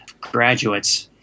graduates